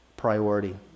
priority